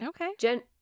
okay